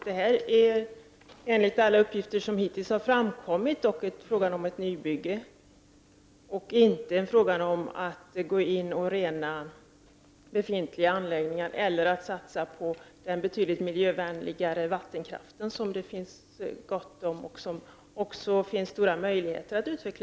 Det är alltså enligt de uppgifter som hittills har framkommit fråga om ett nybygge, inte fråga om att gå in och rena befintliga anläggningar eller att satsa på den betydligt miljövänligare vattenkraft som det finns gott om i Polen och som det finns stora möjligheter att utveckla.